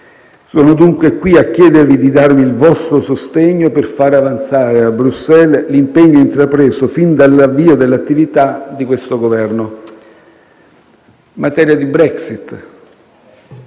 Sono, dunque, qui a chiedervi di darmi il vostro sostegno per fare avanzare a Bruxelles l'impegno intrapreso fin dall'avvio dell'attività di questo Governo. Passando al tema Brexit,